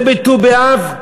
זה בט"ו באב?